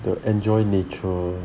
the enjoy nature